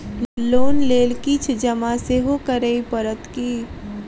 Loan लेल किछ जमा सेहो करै पड़त की?